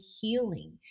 healing